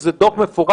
איזה דוח מפורט,